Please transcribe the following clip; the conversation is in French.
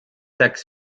sacs